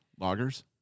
lagers